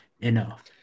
enough